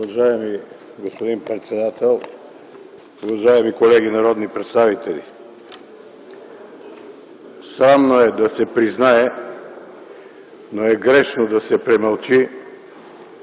Уважаеми господин председател, уважаеми колеги народни представители! Срамно е да се признае, но е грешно да се премълчи,